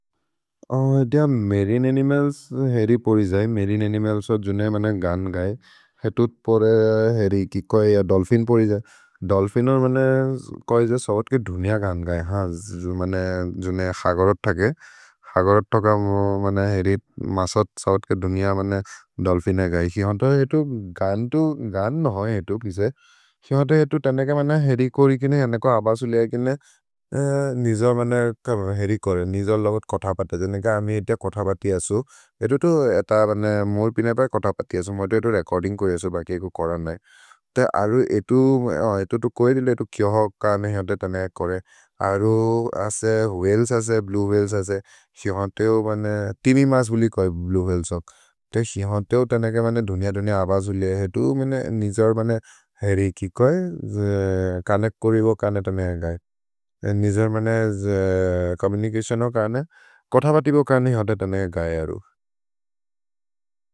Marine animals हेरि पोरि जै, मेरिन् अनिमल्स् जो जुने मने गान् गै, हेतु परे हेरि कि कोइ दोल्फिन् पोरि जै। दोल्फिनोन् मने कोइ जो सवत् के धुनिअ गान् गै, हा जुने हगरोत्तके, हगरोत्तक मने हेरि मसत् सवत् के धुनिअ मने दोल्फिने गै। सेहोन्ते हेतु गान्तु, गान् नहोए हेतु पिसे, सेहोन्ते हेतु तनेके मने हेरि कोरि किने, जनेको हबसु लेइ किने, निजोर् मने हेरि कोरे, निजोर् लोगत् कोथपते, जनेके अमि एत कोथपते असु। एतु तु, एत मने मोर् पिनेपरे कोथपते असु, मने तु एतु रेचोर्दिन्ग् कोरे असु, बकि एकु कोरन् नै। ते अरु एतु, एतु तु कोइ दिले, एतु किओहोक् काने, सेहोन्ते तने कोरे। अरु असे, व्हलेस् असे, ब्लुए व्हलेस् असे, सेहोन्ते जो मने, तिमि मस् बुलि कोइ ब्लुए व्हलेस् ओक्। सेहोन्ते जो तनेके धुनिअ दोलि हबसु लेइ हेतु, निजोर् मने हेरि कि कोइ, काने कोरि बो काने तने गै। निजोर् मने चोम्मुनिचतिओन् बो काने, कोथपते बो काने हि होते तनेके गै अरु।